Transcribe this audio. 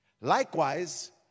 Likewise